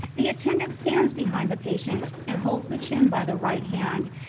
the attendant stands behind the patient, and holds the chin by the right hand,